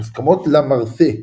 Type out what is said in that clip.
מוסכמות לה מארסה,